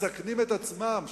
מסכנים את עצמם.